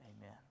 Amen